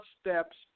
steps